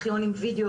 ארכיונים ווידאו,